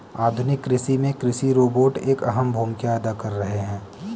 आधुनिक कृषि में कृषि रोबोट एक अहम भूमिका अदा कर रहे हैं